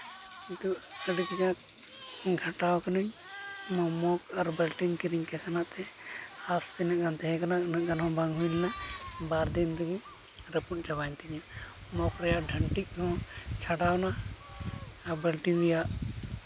ᱠᱤᱱᱛᱩ ᱟᱹᱰᱤ ᱠᱟᱡᱟᱠ ᱜᱷᱟᱴᱟᱣ ᱠᱟᱹᱱᱟᱹ ᱱᱚᱣᱟ ᱢᱚᱜᱽ ᱟᱨ ᱵᱟᱞᱴᱤᱱ ᱠᱤᱨᱤᱧ ᱠᱟᱜᱼᱟ ᱚᱱᱟᱛᱮ ᱟᱨ ᱛᱤᱱᱟᱹᱜ ᱜᱟᱱ ᱛᱟᱦᱮᱸᱠᱟᱱᱟ ᱩᱱᱟᱹᱜ ᱜᱟᱱ ᱦᱚᱸ ᱵᱟᱝ ᱦᱩᱭ ᱞᱮᱱᱟ ᱵᱟᱨ ᱫᱤᱱ ᱨᱮᱜᱮ ᱨᱟᱹᱯᱩᱫ ᱪᱟᱵᱟᱭᱮᱱ ᱛᱤᱧᱟᱹ ᱢᱚᱜᱽ ᱨᱮᱭᱟᱜ ᱰᱟᱱᱴᱤᱡ ᱦᱚᱸ ᱪᱷᱟᱰᱟᱣᱱᱟ ᱟᱨ ᱵᱟᱞᱴᱤᱱ ᱨᱮᱭᱟᱜ